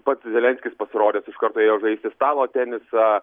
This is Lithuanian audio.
pats zelenskis pasirodęs iš karto ėjo žaisti stalo tenisą